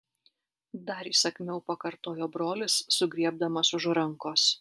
dar įsakmiau pakartojo brolis sugriebdamas už rankos